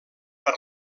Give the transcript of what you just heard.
per